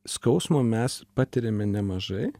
skausmo mes patiriame nemažai